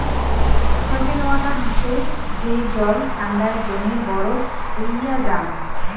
frozen water হসে যেই জল ঠান্ডায় জমে বরফ হইয়া জাং